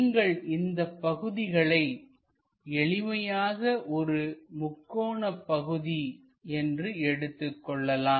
நீங்கள் இந்த பகுதிகளை எளிமையாக ஒரு முக்கோண பகுதி என்று எடுத்துக் கொள்ளலாம்